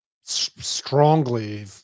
strongly